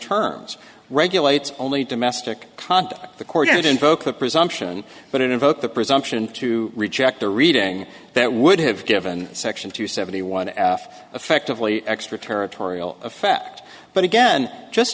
terms regulates only domestic content the court invoked the presumption but it invoked the presumption to reject the reading that would have given section two seventy one off effectively extraterritorial effect but again just